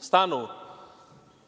stanu